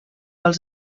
els